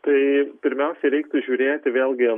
tai pirmiausia reiktų žiūrėti vėlgi